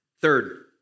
Third